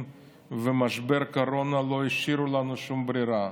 ומשבר קורונה לא השאירו לנו שום ברירה.